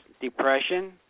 Depression